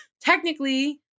Technically